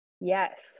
Yes